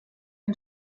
ein